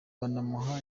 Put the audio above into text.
banamuha